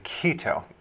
keto